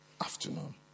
afternoon